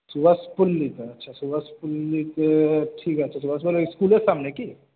সুভাষপল্লিতে আচ্ছা সুভাষপল্লিতে ঠিক আছে সুভাষপল্লি স্কুলের সামনে কি